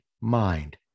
mind